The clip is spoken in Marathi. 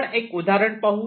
आपण एक उदाहरण पाहू